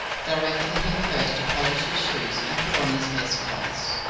directing him first to polish his shoes and put on his best clothes.